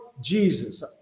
Jesus